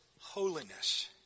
holiness